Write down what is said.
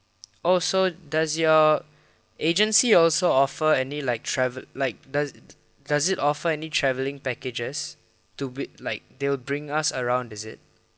oh so does your agency also offer any like trav~ like does it does it offer any travelling packages to be like they'll bring us around is it